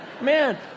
Man